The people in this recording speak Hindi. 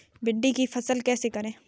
भिंडी की फसल कैसे करें?